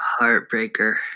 heartbreaker